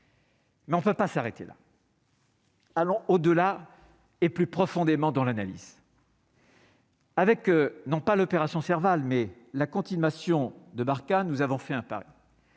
Mais on ne peut pas s'arrêter là. Allons au-delà et plus profondément dans l'analyse. Avec, non pas l'opération Serval mais la continuation de Barkhane nous avons fait un pari,